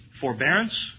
forbearance